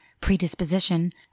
predisposition